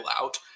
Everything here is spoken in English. out